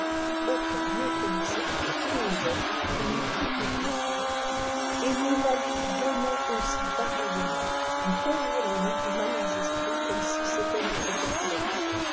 auquel notredit seigneur et évè iie a donné toute puissance et nous la lui donnons âtî fltstotfib des sohcififid aussi pareillement de conjurer lesdits malins esprits comme si c'était notre personne